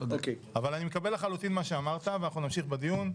אבל אני מקבל לחלוטין מה שאמרת, ונמשיך בדיון.